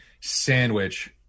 sandwich